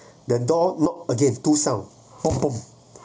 the door knock again two sound pom pom